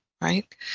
right